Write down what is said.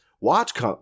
Watch